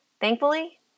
Thankfully